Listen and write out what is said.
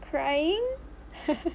crying